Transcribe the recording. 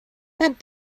that